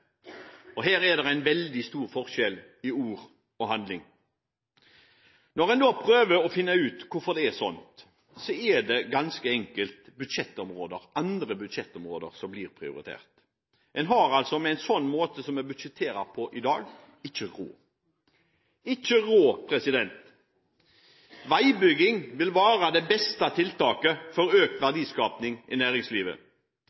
Og her er det en veldig stor forskjell på ord og handling. Når man prøver å finne ut hvorfor det er slik, er det ganske enkelt andre budsjettområder som blir prioritert. En har med en slik måte man budsjetter på i dag, ikke råd. Veibygging vil være det beste tiltaket for økt verdiskaping i næringslivet. Veibygging vil være det beste tiltaket for